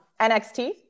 nxt